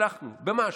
שהצלחנו במשהו,